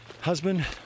husband